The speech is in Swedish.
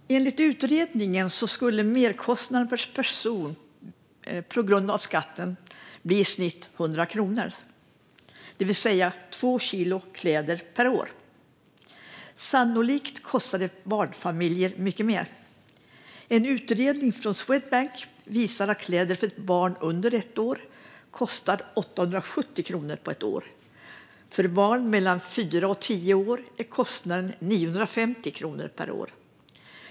Fru talman! Jag tackar för svaret. Enligt utredningen skulle merkostnaden per person på grund av skatten bli i snitt 100 kronor, det vill säga två kilo kläder per år. Sannolikt kostar det barnfamiljer mycket mer. En utredning från Swedbank visar att kläder till ett barn under ett år kostar 870 kronor på ett år. För barn mellan fyra och tio år är kostnaden 950 kronor per år.